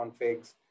configs